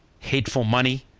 hateful money!